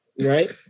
Right